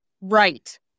Right